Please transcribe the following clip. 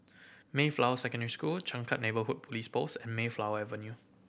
Mayflower Secondary School Changkat Neighbourhood Police Post and Mayflower Avenue